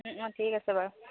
অঁ ঠিক আছে বাৰু